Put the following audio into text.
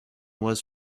was